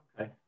Okay